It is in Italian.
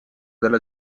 della